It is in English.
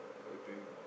okay